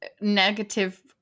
negative